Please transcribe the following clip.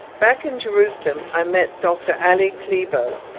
back in jerusalem i met dr ali qleibo,